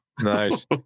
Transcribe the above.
nice